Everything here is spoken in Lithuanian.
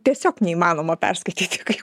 tiesiog neįmanoma perskaityti kai